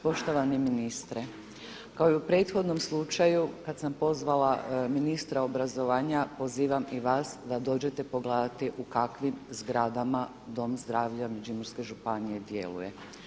Poštovani ministre, kao i u prethodnom slučaju kad sam pozvala ministra obrazovanja, pozivam i vas da dođete pogledati u kakvim zgradama Dom zdravlja Međimurske županije djeluje.